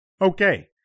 Okay